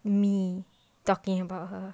me talking about her